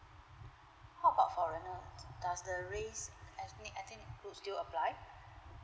how about foreigner does the race et~ ethnic would still apply